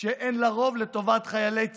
שאין לה רוב לטובת חיילי צה"ל,